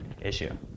issue